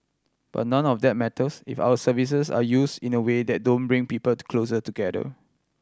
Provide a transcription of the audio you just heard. but none of that matters if our services are use in a way that don't bring people to closer together